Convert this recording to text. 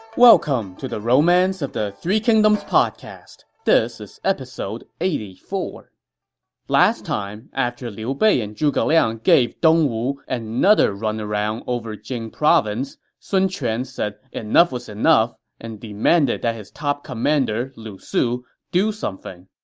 welcome to the romance of the three kingdoms podcast. this is episode eighty four point last time, after liu bei and zhuge liang gave dongwu another runaround over jing province, sun quan said enough was enough and demanded that his top commander lu su do something.